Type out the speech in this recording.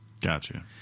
Gotcha